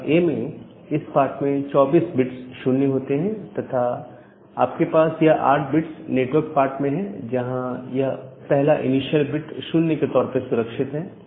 class A में इस part में 24 बिट्स 0 होते हैं तथा आपके पास यह 8 बिट्स नेटवर्क पार्ट में है जहां यह पहला इनिशियल बिट 0 के तौर पर सुरक्षित है